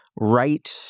right